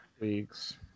Weeks